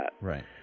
right